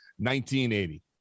1980